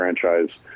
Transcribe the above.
franchise